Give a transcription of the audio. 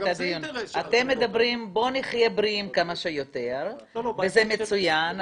אתם אומרים בואו נהיה בריאים כמה שיותר וזה מצוין,